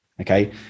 okay